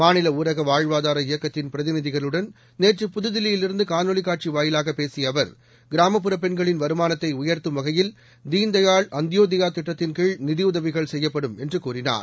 மாநில் ஊரக வாழ்வாதார இயக்கத்தின் பிரதிநிதிகளுடன் நேற்று புதுதில்லியிலிருந்து காணொலிக் காட்சி வாயிலாக பேசிய அவர் கிராமப்புற பெண்களின் வருமானத்தை உயர்த்தும் வகையில் தீன்தயாள் அந்தியோதயா திட்டத்தின்கீழ் நிதியுதவிகள் செய்யப்படும் என்று கூறினார்